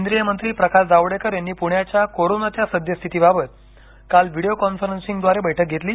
केंद्रीय मंत्री प्रकाश जावडेकर यांनी पूण्याच्या कोरोनाच्या सद्यस्थितीबाबत काल व्हिडिओ कॉन्फरन्सिंगद्वारे बैठक घेतली